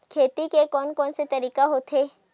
खेती के कोन कोन से तरीका होथे?